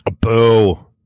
Boo